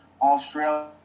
Australia